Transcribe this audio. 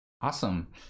awesome